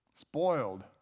spoiled